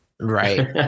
Right